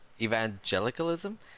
Evangelicalism